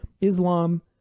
islam